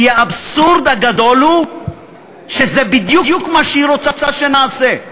כי האבסורד הגדול הוא שזה בדיוק מה שהיא רוצה שנעשה,